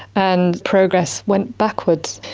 and progress went backwards.